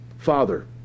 Father